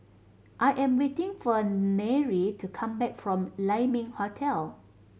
I am waiting for Nery to come back from Lai Ming Hotel